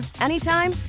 anytime